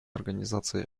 организации